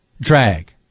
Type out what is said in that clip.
drag